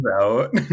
out